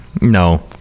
No